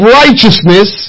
righteousness